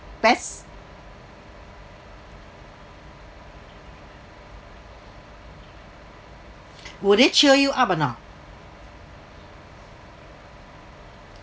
best would they cheer you up or not